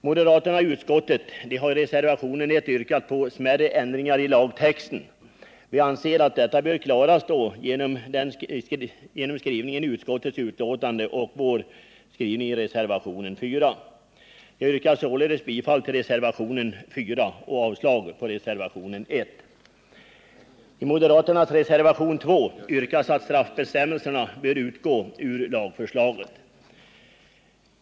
Moderaterna i utskottet har i reservationen 1 yrkat på smärre ändringar av lagtexten. Vi anser att sådana inte behövs utan att reservanternas synpunkter beaktas genom skrivningen i utskottets betänkande och vår skrivning i reservationen 4. Jag yrkar således avslag på reservationen 1. I moderaternas reservation 2 yrkas att straffbestämmelserna skall utgå ur lagförslaget.